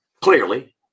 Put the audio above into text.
clearly